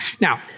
Now